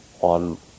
on